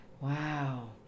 Wow